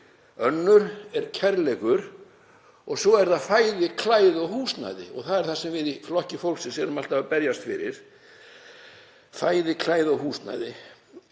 Önnur er kærleikur og svo eru það fæði, klæði og húsnæði. Og það er það sem við í Flokki fólksins erum alltaf að berjast fyrir: Fæði, klæði og húsnæði.